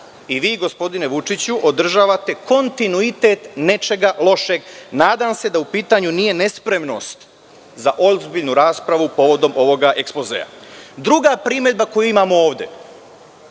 i vi gospodine Vučiću održavate kontinuitet nečega lošeg? Nadam se da nije u pitanju nespremnost za ozbiljnu raspravu povodom ovog ekspozea. Druga primedba koju imamo ovde